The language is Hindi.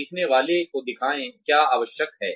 सीखने वाले को दिखाएं क्या आवश्यक है